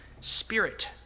Spirit